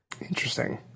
Interesting